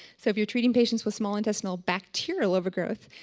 so, if you're treating patients with small intestinal bacterial overgrowth,